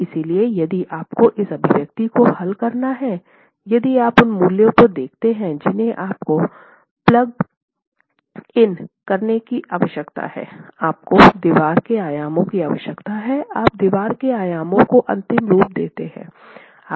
इसलिए यदि आपको इस अभिव्यक्ति को हल करना है यदि आप उन मूल्यों को देखते हैं जिन्हें आपको प्लग इन करने की आवश्यकता है आपको दीवार के आयामों की आवश्यकता है आप दीवार के आयामों को अंतिम रूप देते हैं